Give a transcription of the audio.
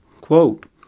Quote